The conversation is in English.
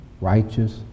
righteous